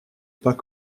pas